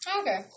Okay